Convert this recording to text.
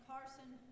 Carson